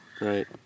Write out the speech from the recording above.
Right